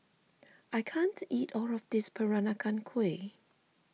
I can't eat all of this Peranakan Kueh